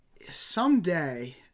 someday